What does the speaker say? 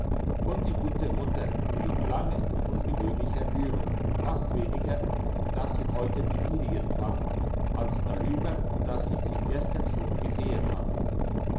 und die gute mutter blieb lange in ungewöhnlicher rührung fast weniger dass sie heute die ihrigen fand als darüber dass sie sie gestern schon gesehen hatte